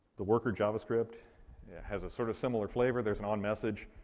the worker javascript has a sort of similar flavor. there's an onmessage